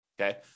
Okay